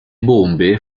bombe